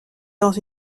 dans